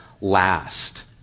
Last